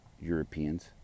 Europeans